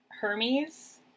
Hermes